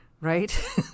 right